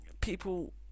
People